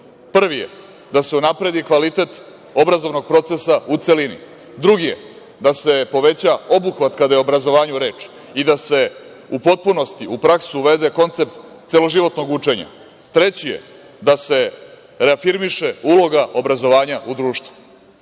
Prvi je da se unapredi kvalitet obrazovnog procesa u celini. Drugi je da se poveća obuhvat kada je o obrazovanju reč i da se u potpunosti u praksu uvede koncept celoživotnog učenja. Treći je da se reafirmiše uloga obrazovanja u društvu.